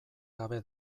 gabe